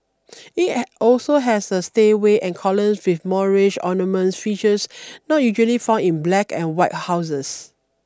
it also has a stairway and columns with Moorish ornamental features not usually found in black and white houses